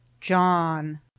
John